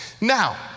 Now